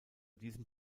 diesem